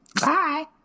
Bye